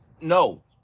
no